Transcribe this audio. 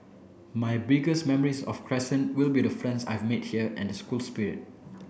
my biggest memories of Crescent will be the friends I've made here and the school spirit